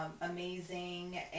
amazing